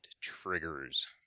triggers